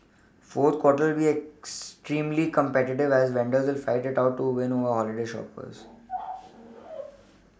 fourth quarter will be extremely competitive as vendors will fight it out to win over holiday shoppers